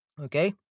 Okay